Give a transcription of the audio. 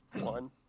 one